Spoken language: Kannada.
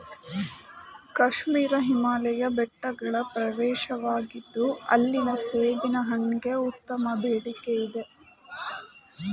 ಕಾಶ್ಮೀರ ಹಿಮಾಲಯ ಬೆಟ್ಟಗಳ ಪ್ರವೇಶವಾಗಿತ್ತು ಅಲ್ಲಿನ ಸೇಬಿನ ಹಣ್ಣಿಗೆ ಉತ್ತಮ ಬೇಡಿಕೆಯಿದೆ